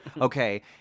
Okay